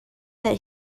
that